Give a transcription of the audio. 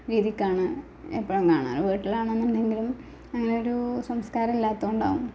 രീതിക്കാണ് എപ്പളും കാണും വീട്ടിലാണെന്നുണ്ടെങ്കിലും അങ്ങനെ ഒരു സംസ്കാരം ഇല്ലാത്തത് കൊണ്ടാണ്